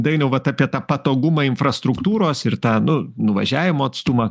dainiau vat apie tą patogumą infrastruktūros ir tą nu nuvažiavimo atstumą